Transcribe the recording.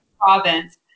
province